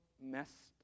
messed